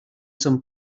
some